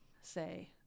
say